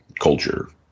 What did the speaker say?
culture